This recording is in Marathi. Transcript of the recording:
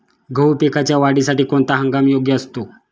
गहू पिकाच्या वाढीसाठी कोणता हंगाम योग्य असतो?